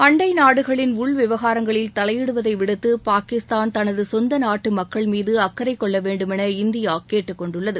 அண்டைநாடுகளின் உள் விவகாரங்களில் தலையீடுவதை விடுத்து பாகிஸ்தான் தனது சொந்த நாட்டு மக்கள் மீது அக்கறை கொள்ள வேண்டுமென இந்தியா கேட்டுக் கொண்டுள்ளது